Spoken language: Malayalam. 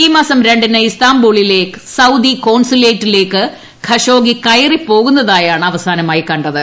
ഈ മാസം രണ്ടിന് ഇസ്താംബൂളിലെ സൌദി കോൺസുലേറ്റിലേക്ക് ഖഷോഗി കയറി പോകുന്നതായാണ് അവസാനമായി കണ്ടത്